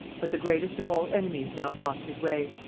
but the greatest of all enemies now blocked his way.